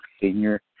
senior